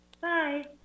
Bye